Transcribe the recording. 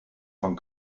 van